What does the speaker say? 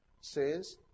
says